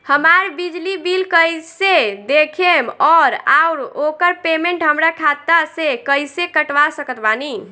हमार बिजली बिल कईसे देखेमऔर आउर ओकर पेमेंट हमरा खाता से कईसे कटवा सकत बानी?